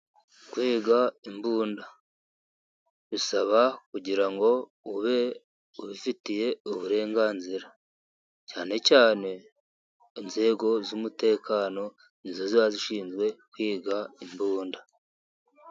Kwiga imbunda bisaba kugira ngo ube ubifitiye uburenganzira ,cyane cyane inzego z 'umutekano ni zo ziba zishinzwe kwiga imbunda.